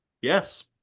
yes